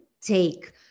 take